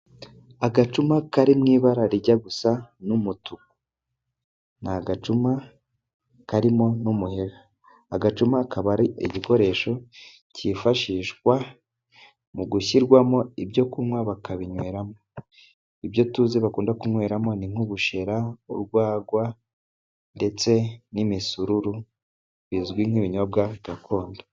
Agacuma kari mu ibara rijya gusa n'umutuku. Ni agacuma karimo n'umuheha, agacuma kaba ari igikoresho kifashishwa mu gushyirwamo ibyo kunywa bakabinyweramo. Ibyo tuzi bakunda kunyweramo ni nk'ubushera, urwagwa ndetse n'imisururu, bizwi nk'ibinyobwa gakondo.